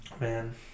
Man